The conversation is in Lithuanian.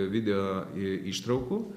video i ištraukų